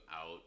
out